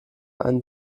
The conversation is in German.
einen